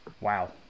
Wow